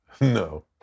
No